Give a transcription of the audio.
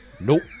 Nope